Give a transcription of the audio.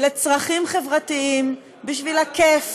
לצרכים חברתיים, בשביל הכיף,